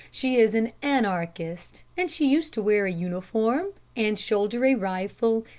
she is an anarchist, and she used to wear a uniform, and shoulder a rifle,